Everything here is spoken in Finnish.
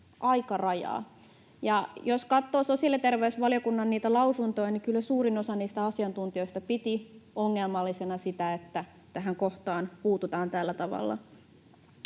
aikarajaa, ja jos katsoo sosiaali- ja terveysvaliokunnan lausuntoja, niin kyllä suurin osa asiantuntijoista piti ongelmallisena, että tähän kohtaan puututaan tällä tavalla.